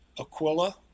Aquila